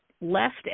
left